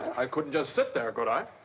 i couldn't just sit there, could i?